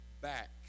back